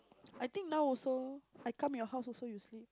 I think now also I come your house also you sleep